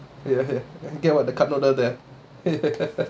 ya ya get what the cup noodle there